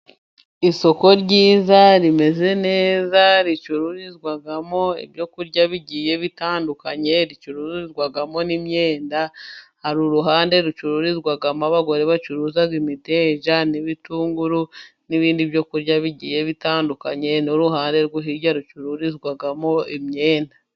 Isoko ryiza rimeze neza, ricururizwamo ibyo kurya bigiye bitandukanye. Ricuruzwamo n'imyenda. Hari uruhande rucururizwamo abagore bacuruza imiteja n'ibitunguru n'ibindi byo kurya bitandukanye, n'uruhande rwo hirya rucururizwamo imyenda.